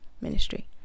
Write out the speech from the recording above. ministry